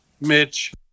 Mitch